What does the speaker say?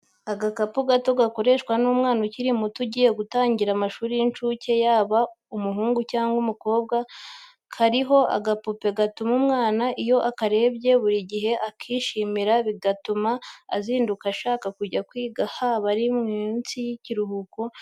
Agakapu gato gakoreshwa n'umwana ukiri muto ugiye gutangira amashuri y'incuke yaba umuhungu cyangwa umukobwa, kariho agapupe gatuma umwana iyo akarebye buri gihe akishimira bigatuma azinduka ashaka kujya kwiga haba ari mu minsi y'ikiruhuko nabwo agakumbura ishuri kubera ako gakapu.